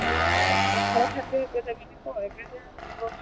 ଏ ପଖାଳ ଖାଦ୍ୟ ଏବେ ଯାଏଁ ଥିବ ଏବେ ଯାଏଁ ଥିବ ମାନେ